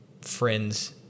friends